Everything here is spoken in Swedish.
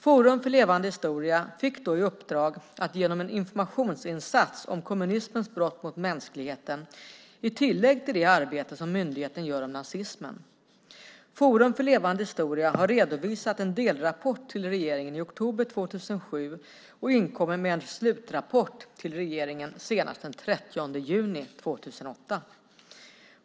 Forum för levande historia fick då i uppdrag att genomföra en informationsinsats om kommunismens brott mot mänskligheten i tillägg till det arbete som myndigheten gör om nazismen. Forum för levande historia har redovisat en delrapport till regeringen i oktober 2007 och inkommer med en slutrapport till regeringen senast den 30 juni 2008.